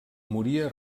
moria